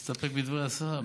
להסתפק בדברי השר.